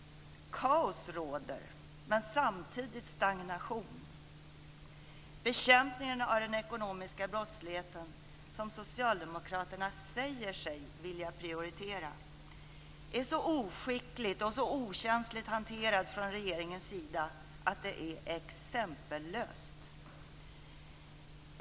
Kaos råder, men samtidigt stagnation. Bekämpningen av den ekonomiska brottsligheten, som socialdemokraterna säger sig vilja prioritera, är så oskickligt och okänsligt hanterad från regeringens sida att det är exempellöst.